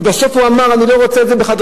ובסוף הוא אמר: אני לא רוצה את זה בחדרי-חדרים,